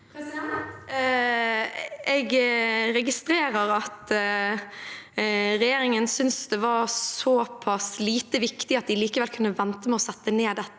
Jeg registrerer at re- gjeringen synes det var såpass lite viktig at de likevel kunne vente med å sette ned dette